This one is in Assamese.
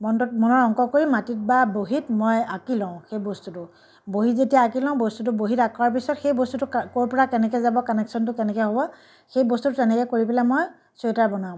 মনটোত অংক কৰি মাটিত বা বহীত মই আঁকি লওঁ সেই বস্তুটো বহীত যেতিয়া আঁকি লওঁ বস্তুটো বহীত অঁকাৰ পিছত সেই বস্তুটো কা ক'ৰপৰা কেনেকৈ যাব কানেকচনটো কেনেকৈ হ'ব সেই বস্তুটো তেনেকৈ কৰি পেলাই মই চুৱেটাৰ বনাওঁ